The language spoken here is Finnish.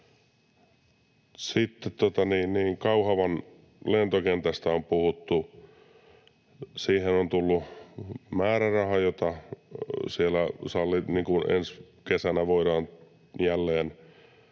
Sitten Kauhavan lentokentästä on puhuttu. Siihen on tullut määräraha, jotta siellä ensi kesänä voidaan jälleen